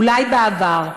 אולי בעבר.